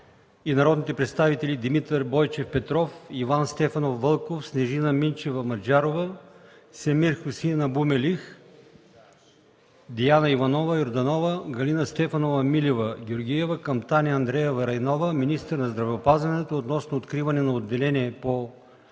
народните представители Димитър Бойчев Петров, Иван Стефанов Вълков, Снежина Минчева Маджарова, Семир Хусеин Абу Мелих, Диана Иванова Йорданова, Галина Стефанова Милева-Георгиева към Таня Андреева Райнова – министър на здравеопазването, относно откриване на Отделение по